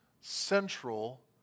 central